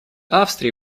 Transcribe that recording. австрии